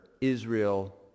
Israel